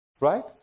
right